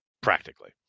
practically